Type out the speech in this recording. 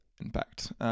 impact